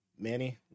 Manny